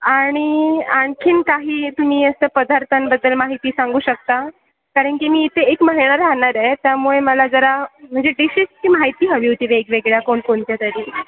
आणि आणखीन काही तुम्ही असं पदार्थांबद्दल माहिती सांगू शकता कारण की मी इथे एक महिना राहणार आहे त्यामुळे मला जरा म्हणजे डिशेसची माहिती हवी होती वेगवेगळ्या कोणकोणत्या तरी